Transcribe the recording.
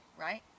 right